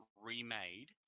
remade